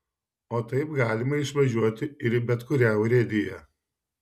o taip galima išvažiuoti ir į bet kurią urėdiją